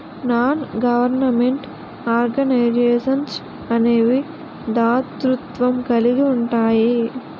non government organisations అనేవి దాతృత్వం కలిగి ఉంటాయి